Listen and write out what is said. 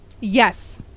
Yes